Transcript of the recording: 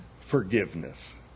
forgiveness